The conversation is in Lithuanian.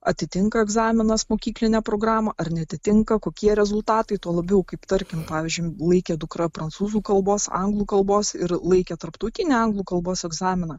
atitinka egzaminas mokyklinę programą ar neatitinka kokie rezultatai tuo labiau kaip tarkim pavyzdžiui laikė dukra prancūzų kalbos anglų kalbos ir laikė tarptautinį anglų kalbos egzaminą